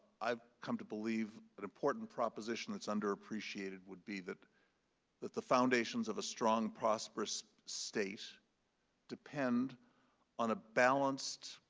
i've come to believe an important proposition that's underappreciated would be that that the foundations of a strong, prosperous state depend on a balanced,